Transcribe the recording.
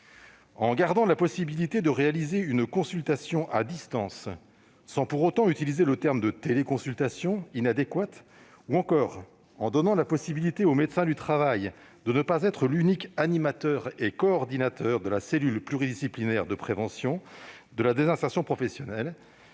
En gardant la possibilité de réaliser une consultation à distance, sans pour autant utiliser le terme inadéquat de « téléconsultation » ou encore en donnant la possibilité au médecin du travail de ne pas être l'unique animateur et coordinateur de la cellule pluridisciplinaire de prévention de la désinsertion professionnelle,